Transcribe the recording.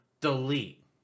Delete